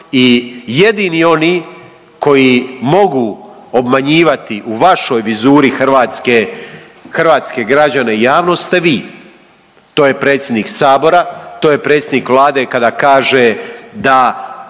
jedini oni koji mogu obmanjivati u vašoj vizuri Hrvatske, hrvatske građane i javnost ste vi, to je predsjednik sabora, to je predsjednik Vlade kada kaže da